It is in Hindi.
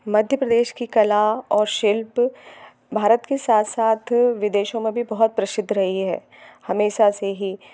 मध्य प्रदेश की कला और शिल्प भारत के साथ साथ विदेशों में भी बहुत प्रसिद्ध रही है हमेशा से ही